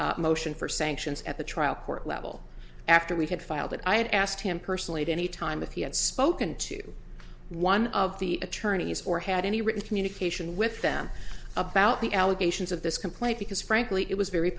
this motion for sanctions at the trial court level after we had filed that i had asked him personally at any time if he had spoken to one of attorneys for had any written communication with them about the allegations of this complaint because frankly it was very